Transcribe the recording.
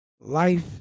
life